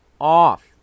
off